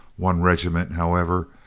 one regiment, however,